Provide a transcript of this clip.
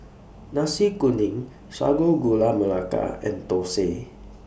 Nasi Kuning Sago Gula Melaka and Thosai